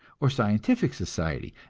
or scientific society,